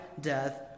death